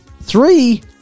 three